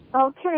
Okay